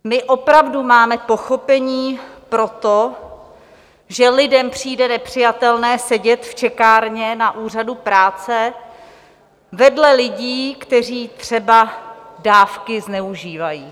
My opravdu máme pochopení pro to, že lidem přijde nepřijatelné sedět v čekárně na úřadu práce vedle lidí, kteří třeba dávky zneužívají.